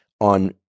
on